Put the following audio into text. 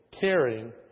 Caring